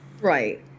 right